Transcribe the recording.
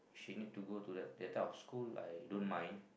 she need to go to that that type of school I don't mind